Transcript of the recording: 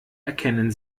erkennen